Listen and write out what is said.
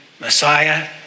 Messiah